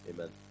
Amen